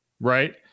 right